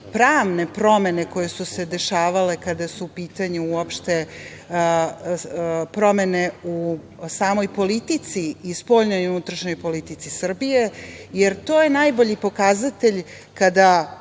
promene koje su se dešavale, kada su u pitanju uopšte promene u samoj politici i spoljnoj i unutrašnjoj politici Srbije, jer to je najbolji pokazatelj kada